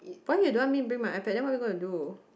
why you don't want me bring my iPad then what are we gonna do